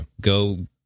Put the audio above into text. Go